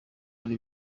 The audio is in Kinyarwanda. hari